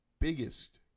biggest